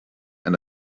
and